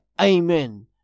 Amen